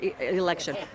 election